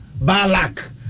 Balak